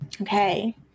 Okay